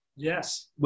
Yes